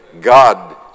God